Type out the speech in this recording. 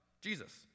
Jesus